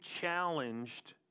challenged